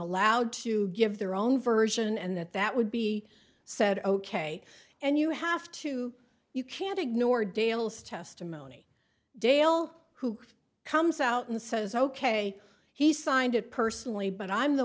allowed to give their own version and that that would be said ok and you have to you can't ignore dale's testimony dale who comes out and says ok he signed it personally but i'm the